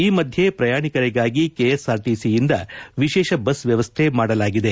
ಈ ಮಧ್ಯೆ ಪ್ರಯಾಣಿಕರಿಗಾಗಿ ಕೆಎಸ್ಆರ್ಟಿಸಿಯಿಂದ ವಿಶೇಷ ಬಸ್ ವ್ಲವಸ್ಥೆ ಮಾಡಲಾಗಿದೆ